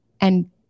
and-